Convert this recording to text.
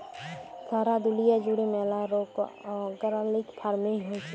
সারা দুলিয়া জুড়ে ম্যালা রোক অর্গ্যালিক ফার্মিং হচ্যে